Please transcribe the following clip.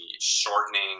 shortening